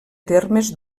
termes